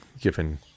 given